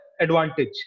advantage